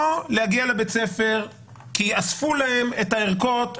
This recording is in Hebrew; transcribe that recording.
להגיע לבית הספר כי אספו להם את הערכות,